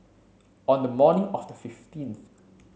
on the morning of the fifteenth